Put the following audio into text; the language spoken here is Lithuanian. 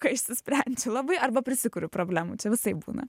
kai išsisprendžiu labai arba prisikuriu problemų čia visaip būna